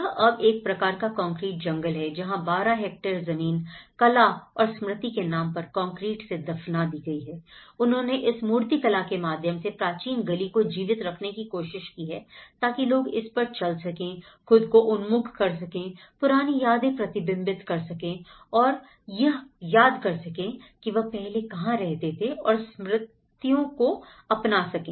यह अब एक प्रकार का कंकरीट जंगल है जहां 12 हेक्टेयर जमीन कला और स्मृति के नाम पर कंक्रीट से दफना दी गई है उन्होंने इस मूर्तिकला के माध्यम से प्राचीन गली को जीवित रखने की कोशिश की है ताकि लोग इस पर चल सके खुद को उन्मुख कर सके पुरानी यादें प्रतिबिंबित कर सके और यह याद कर सके कि वह पहले कहां रहते थे और स्मृतियों को अपना सके